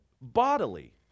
bodily